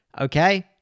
Okay